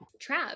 trap